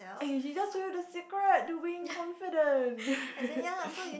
eh she just show you the secret to win confident